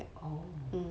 oh